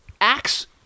acts